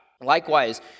Likewise